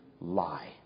lie